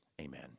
Amen